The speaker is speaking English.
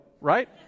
right